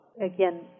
Again